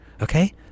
okay